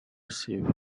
see